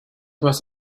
was